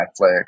Netflix